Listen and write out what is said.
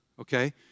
okay